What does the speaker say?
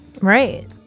Right